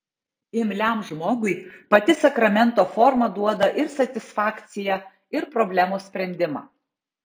imliam žmogui pati sakramento forma duoda ir satisfakciją ir problemos sprendimą